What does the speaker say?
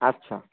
আচ্ছা